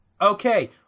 Okay